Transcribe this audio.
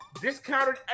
Discounted